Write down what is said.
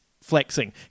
flexing